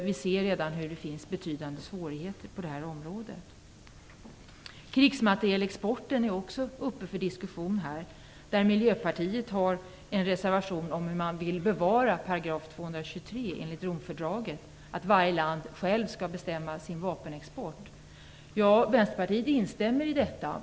Vi ser redan att det finns betydande svårigheter på det här området. Krigsmaterielexporten tas också upp till diskussion. Miljöpartiet har en reservation för ett bevarande av 223 § i Romfördraget, att varje land själv skall bestämma om sin vapenexport. Vänsterpartiet stöder denna reservation.